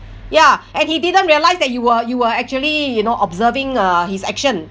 ya and he didn't realise that you were you were actually you know observing uh his action